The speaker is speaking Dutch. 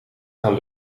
gaan